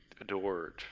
adored